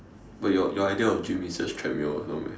but your your idea of gym is just treadmill [what] no meh